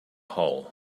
hull